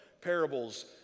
parables